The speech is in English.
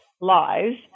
lives